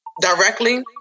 directly